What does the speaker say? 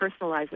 personalizes